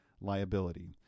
liability